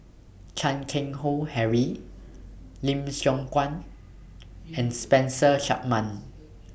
Chan Keng Howe Harry Lim Siong Guan and Spencer Chapman